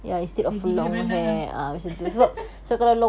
steady boleh berenang ah